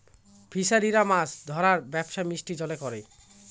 ফিসারিরা মাছ ধরার ব্যবসা মিষ্টি জলে করে